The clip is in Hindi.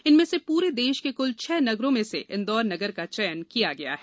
इनमें से पूरे देश के कुल छह नगरों में से इंदौर नगर का चयन किया गया है